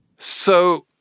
so,